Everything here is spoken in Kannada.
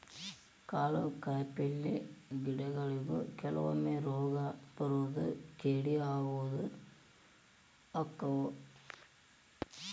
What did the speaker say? ಕಾಳು ಕಾಯಿಪಲ್ಲೆ ಗಿಡಗೊಳಿಗು ಕೆಲವೊಮ್ಮೆ ರೋಗಾ ಬರುದು ಕೇಡಿ ಆಗುದು ಅಕ್ಕಾವ